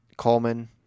Coleman